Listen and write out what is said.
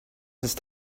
ist